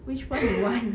which one you want